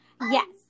Yes